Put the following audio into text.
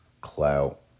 clout